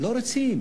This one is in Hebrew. לא רוצים.